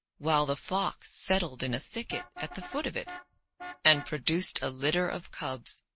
while the fox settled in a thicket at the foot of it and produced a litter of cubs.